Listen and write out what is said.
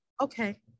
Okay